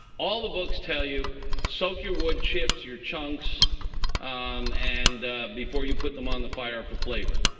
all the books tell you soak your wood chips, your chunks and before you put them on the fire for flavor.